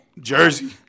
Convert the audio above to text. Jersey